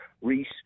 Reese